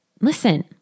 listen